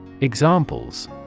Examples